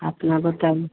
अपना बताइए